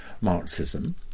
Marxism